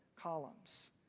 columns